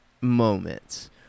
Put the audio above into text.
moments